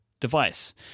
device